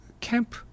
camp